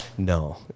No